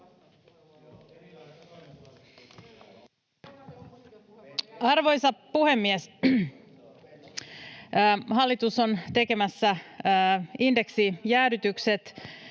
Arvoisa puhemies! Hallitus on tekemässä indeksijäädytykset